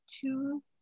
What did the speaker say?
two